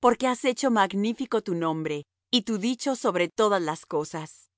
porque has hecho magnífico tu nombre y tu dicho sobre todas las cosas